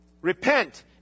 Repent